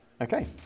Okay